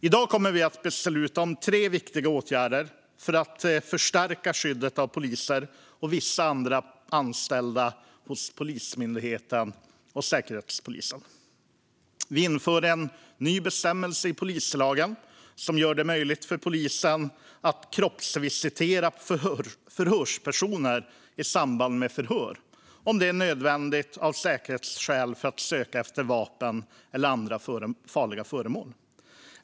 I dag kommer vi att besluta om tre viktiga åtgärder för att förstärka skyddet av poliser och vissa andra anställda hos Polismyndigheten och Säkerhetspolisen. Vi inför en ny bestämmelse i polislagen som gör det möjligt för polisen att kroppsvisitera förhörspersoner i samband med förhör, om det är nödvändigt av säkerhetsskäl, för att söka efter vapen eller andra farliga föremål.